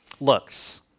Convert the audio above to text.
looks